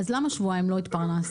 אז למה שבועיים לא התפרנסתי?